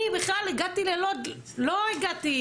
אני בכלל הגעתי ללוד, לא הגעתי